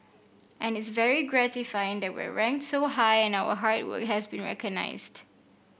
and it's very gratifying that we are ranked so high and our hard work has been recognised